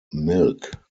milk